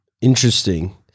Interesting